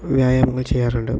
വ്യായാമങ്ങൾ ചെയ്യാറുണ്ട്